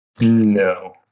No